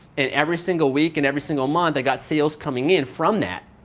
and every single week and every single month, i've got sales coming in from that.